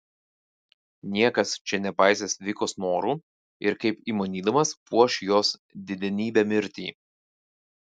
niekas čia nepaisys vikos norų ir kaip įmanydamas puoš jos didenybę mirtį